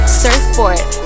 surfboard